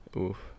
Oof